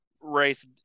race